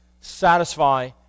satisfy